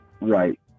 Right